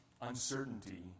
uncertainty